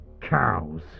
cows